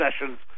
sessions